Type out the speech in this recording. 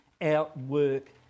outwork